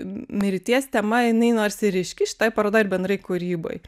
mirties tema jinai nors ir ryški šitoj parodoj bendrai kūryboj